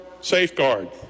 safeguard